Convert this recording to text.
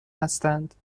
هستند